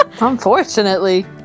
Unfortunately